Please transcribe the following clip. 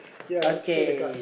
ya let's pay the cards